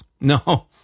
no